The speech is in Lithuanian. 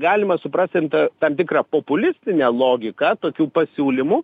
galima suprast ten tą tam tikrą populistinę logiką tokių pasiūlymų